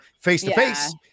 face-to-face